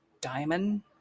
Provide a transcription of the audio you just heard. diamond